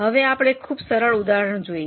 હવે આપણે એક ખૂબ સરળ ઉદાહરણ જોઈએ